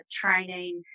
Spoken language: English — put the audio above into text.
training